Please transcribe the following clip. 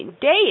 day